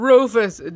Rufus